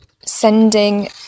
sending